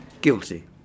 guilty